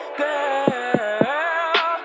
girl